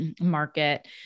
market